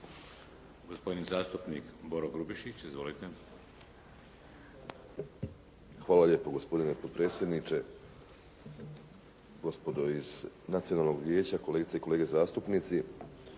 Hvala lijepo gospodine potpredsjedniče, gospodo iz nacionalnog vijeća, kolegice i kolege zastupnici.